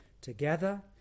together